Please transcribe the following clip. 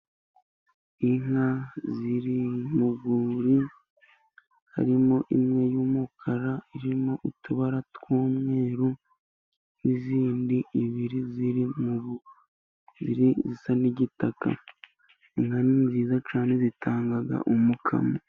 Inka ziri mu rwuri, harimo imwe y'umukara irimo utubara tw'umweru, n'izindi ebyiri ziri mu rwuri zisa n'igitaka. Inka ni nziza cyane zitangaga umukamo.